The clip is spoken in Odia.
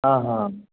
ହଁ ହଁ